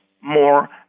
more